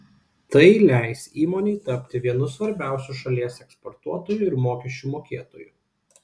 tai leis įmonei tapti vienu svarbiausių šalies eksportuotoju ir mokesčių mokėtoju